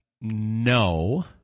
no